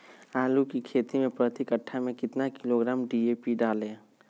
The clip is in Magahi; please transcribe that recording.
आलू की खेती मे प्रति कट्ठा में कितना किलोग्राम डी.ए.पी डाले?